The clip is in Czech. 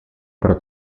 pro